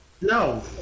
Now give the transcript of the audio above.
no